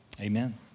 Amen